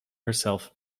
herself